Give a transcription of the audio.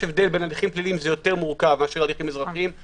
בהליכים פליליים זה יותר מורכב מהליכים אזרחיים.